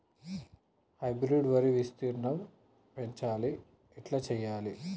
Hybrid వరి విస్తీర్ణం పెంచాలి ఎట్ల చెయ్యాలి?